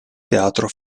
teatro